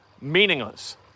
Meaningless